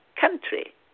country